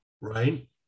right